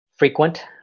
frequent